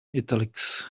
italics